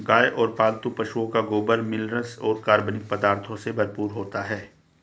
गाय और पालतू पशुओं का गोबर मिनरल्स और कार्बनिक पदार्थों से भरपूर होता है